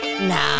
Nah